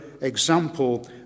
example